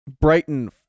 Brighton